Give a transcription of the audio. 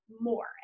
more